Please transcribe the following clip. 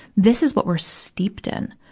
this is what we're steeped in.